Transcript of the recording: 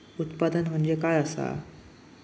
उत्पादन म्हणजे काय असा?